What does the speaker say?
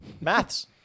maths